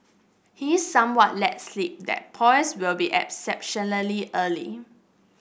he somewhat let slip that polls will be exceptionally early